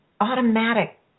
automatic